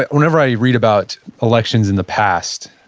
ah whenever i read about elections in the past,